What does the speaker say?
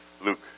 Luke